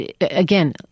again